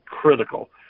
critical